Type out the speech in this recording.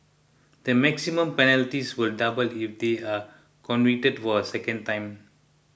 the maximum penalties will double if they are convicted for a second time